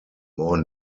more